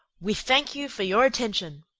we thank you for your attention!